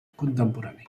contemporani